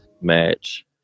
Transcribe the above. match